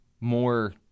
more